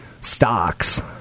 stocks